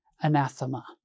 anathema